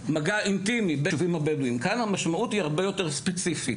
מגע אינטימי בין המורה לבין התלמיד; סביבה תומכת,